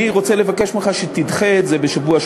אני רוצה לבקש ממך שתדחה את זה בשבוע,